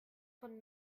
von